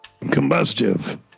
Combustive